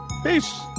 Peace